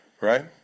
Right